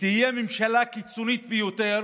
ותהיה ממשלה קיצונית ביותר